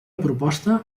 proposta